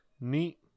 neat